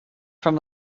from